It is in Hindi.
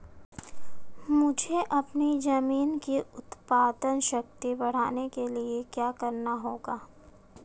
मुझे अपनी ज़मीन की उत्पादन शक्ति बढ़ाने के लिए क्या करना होगा?